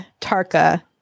Tarka